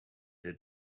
had